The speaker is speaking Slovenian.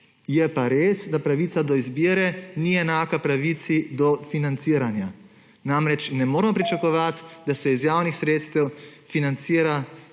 Je pa res, da pravica do izbire ni enaka pravici do financiranja. Namreč, ne moremo pričakovati, da se iz javnih sredstev financira,